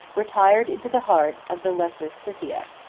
retired into the heart of the lesser scythia.